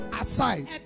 aside